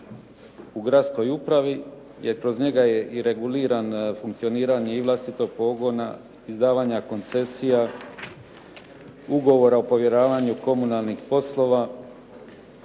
u gradskoj upravi, jer kroz njega je regulirano i funkcioniranje i vlastitog pogona, izdavanja koncesija, ugovora o povjeravanju komunalnih poslova,